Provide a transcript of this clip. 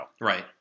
right